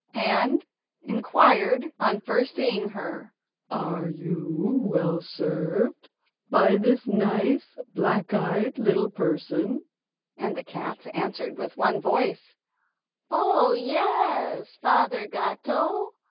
and inquired, on first seeing her are you well served by this nice, black-eyed little person and the cats answered with one voice oh, yes, father gatto,